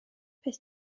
peth